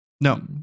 No